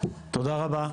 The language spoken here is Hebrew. תודה רבה.